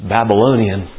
Babylonian